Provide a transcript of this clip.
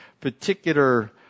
particular